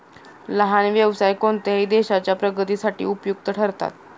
लहान व्यवसाय कोणत्याही देशाच्या प्रगतीसाठी उपयुक्त ठरतात